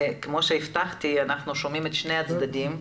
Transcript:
כמו שהבטחתי, אנחנו שומעים את שני הצדדים.